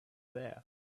there